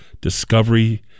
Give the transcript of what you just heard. discovery